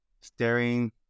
staring